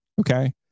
Okay